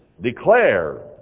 Declare